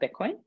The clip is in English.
Bitcoin